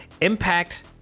impact